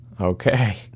Okay